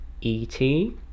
E-T